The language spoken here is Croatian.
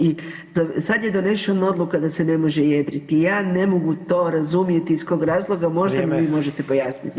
I sad je donešena odluka da se ne može jedriti, ja ne mogu to razumjeti iz kog razloga, možda mi vi [[Upadica: Vrijeme.]] možete pojasniti.